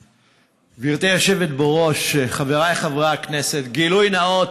גברתי היושבת בראש, חבריי חברי הכנסת, גילוי נאות,